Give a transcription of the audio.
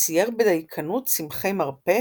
צייר בדייקנות צמחי מרפא